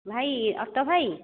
ଭାଇ ଅଟୋ ଭାଇ